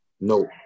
No